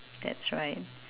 that's right